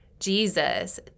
Jesus